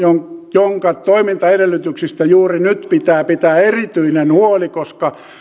jonka toimintaedellytyksistä juuri nyt pitää pitää erityinen huoli koska